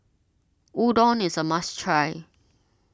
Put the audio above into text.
Udon is a must try